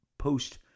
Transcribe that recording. post